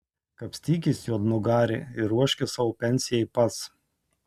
kapstykis juodnugari ir ruoškis savo pensijai pats